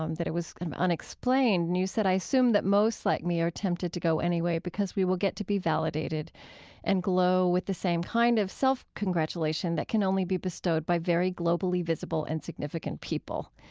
um that it was kind of unexplained. and you said, i assume that most like me are tempted to go anyway, because we will get to be validated and glow with the same kind of self-congratulation that can only be bestowed by very globally visible and significant people.